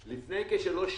לפני כשלוש שנים,